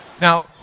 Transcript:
Now